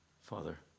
Father